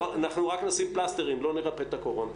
אנחנו רק נוסיף פלסטרים לא נרפא את הקורונה.